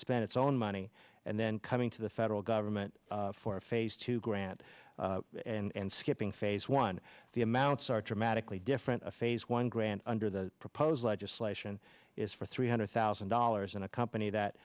spent its own money and then coming to the federal government for a phase two grant and skipping phase one the amounts are dramatically different a phase one grant under the proposed legislation is for three hundred thousand dollars and a company that